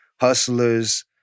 hustlers